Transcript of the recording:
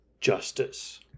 justice